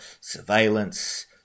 surveillance